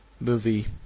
movie